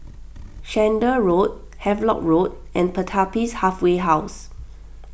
Chander Road Havelock Road and Pertapis Halfway House